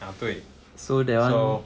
ah 对 so